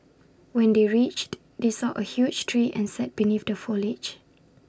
when they reached they saw A huge tree and sat beneath the foliage